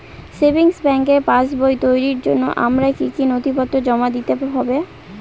Savings ব্যাংকের পাসবই তৈরির জন্য আমার কি কি নথিপত্র জমা দিতে হবে?